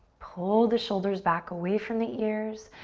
pull the shoulders back, away from the ears,